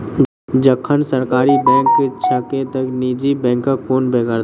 जखन सरकारी बैंक छैके त निजी बैंकक कोन बेगरता?